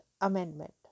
Amendment